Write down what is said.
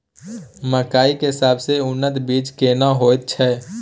मकई के सबसे उन्नत बीज केना होयत छै?